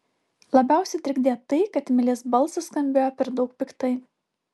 labiausiai trikdė tai kad milės balsas skambėjo per daug piktai